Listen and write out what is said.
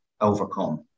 overcome